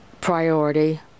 priority